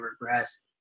regress